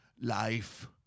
life